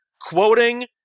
quoting